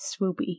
Swoopy